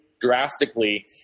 drastically